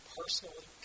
personally